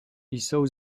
jsou